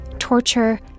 torture